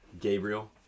Gabriel